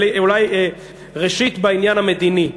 ראשית בעניין המדיני: